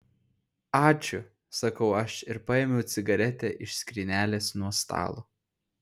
ačiū sakau aš ir paėmiau cigaretę iš skrynelės nuo stalo